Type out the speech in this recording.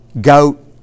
goat